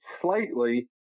slightly